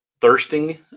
thirsting